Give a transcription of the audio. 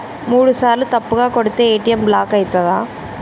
మూడుసార్ల తప్పుగా కొడితే ఏ.టి.ఎమ్ బ్లాక్ ఐతదా?